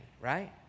right